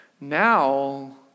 now